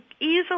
easily